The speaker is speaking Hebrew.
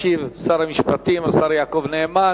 ישיב שר המשפטים, השר יעקב נאמן.